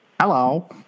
Hello